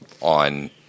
on